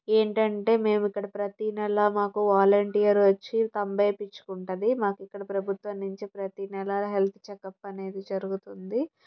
ఏంటంటే మేము ఇక్కడ ప్రతీ నెల మాకు వాలంటీర్ వచ్చి థంబ్ వేయిపించుకుంటుంది మాకు ఇక్కడ ప్రభుత్వం నుంచి ప్రతీ నెల హెల్త్ చెకప్ అనేది జరుగుతుంది